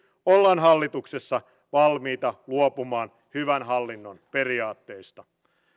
ollaan hallituksessa valmiita luopumaan hyvän hallinnon periaatteista